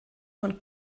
von